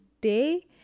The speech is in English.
day